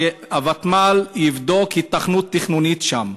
שבוותמ"ל יבדקו היתכנות תכנונית שם.